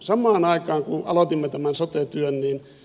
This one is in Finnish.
samaan aikaan kun aloitimme tämän saattoi työni